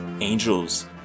angels